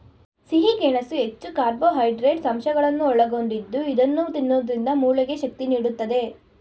ಸಿಹಿ ಗೆಣಸು ಹೆಚ್ಚು ಕಾರ್ಬೋಹೈಡ್ರೇಟ್ಸ್ ಅಂಶಗಳನ್ನು ಒಳಗೊಂಡಿದ್ದು ಇದನ್ನು ತಿನ್ನೋದ್ರಿಂದ ಮೂಳೆಗೆ ಶಕ್ತಿ ನೀಡುತ್ತದೆ